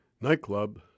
nightclub